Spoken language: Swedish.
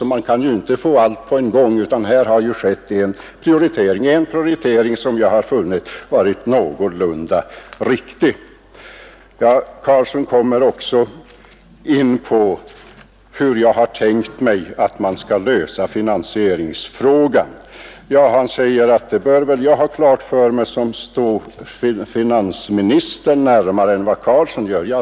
Man kan ju inte få allt på en gång. Här har skett en prioritering, som jag har funnit någorlunda riktig. Herr Carlsson i Vikmanshyttan kommer också in på frågan hur jag har tänkt mig att man skall lösa finansieringsfrågan. Han säger att det bör väl jag ha klart för mig som står finansministern närmare än vad herr Carlsson gör.